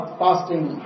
fasting